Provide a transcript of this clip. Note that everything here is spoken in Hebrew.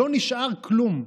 לא נשאר כלום.